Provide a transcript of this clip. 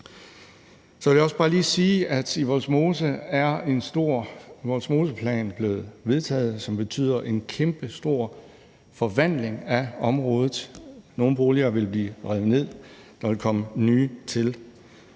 Så vil jeg også bare lige sige, at i Vollsmose er en stor Vollsmoseplan blevet vedtaget, og den betyder en kæmpestor forvandling af området. Nogle boliger vil blive revet ned, der vil komme nye til.